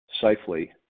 safely